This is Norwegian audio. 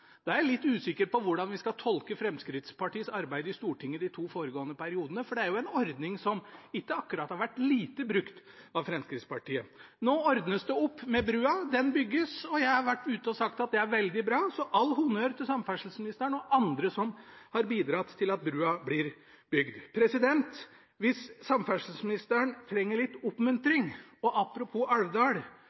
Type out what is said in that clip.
er jeg litt usikker på hvordan vi skal tolke Fremskrittspartiets arbeid i Stortinget de to foregående periodene, for det er jo en ordning som ikke akkurat har vært lite brukt av Fremskrittspartiet. Nå ordnes det opp med brua. Den bygges, og jeg har gått ut og sagt at det er veldig bra. Så all honnør til samferdselsministeren og andre som har bidratt til at brua blir bygd. Hvis samferdselsministeren trenger litt oppmuntring – og apropos Alvdal